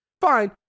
fine